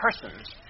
persons